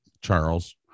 Charles